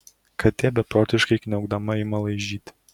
katė beprotiškai kniaukdama ima laižyti